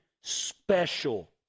special